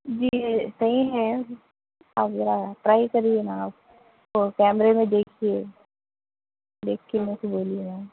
جی صحیح ہے آپ ذرا ٹرائی کریے نا آپ کیمرے میں دیکھیے دیکھ کے میرے کو بولیے